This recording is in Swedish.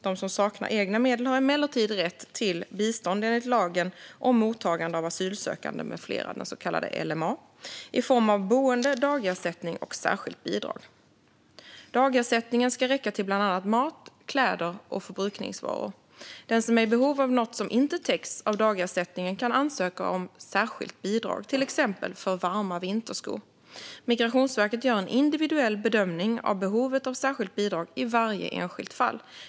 De som saknar egna medel har emellertid rätt till bistånd enligt lagen om mottagande av asylsökande med flera, den så kallade LMA, i form av boende, dagersättning och särskilt bidrag. Dagersättningen ska räcka till bland annat mat, kläder och förbrukningsvaror. Den som är i behov av något som inte täcks av dagersättningen kan ansöka om särskilt bidrag, till exempel för varma vinterskor. Migrationsverket gör en individuell bedömning av behovet av särskilt bidrag i varje enskilt fall.